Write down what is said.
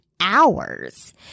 hours